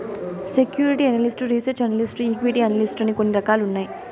security analyst research analyst equity analyst అని కొన్ని రకాలు ఉన్నాయి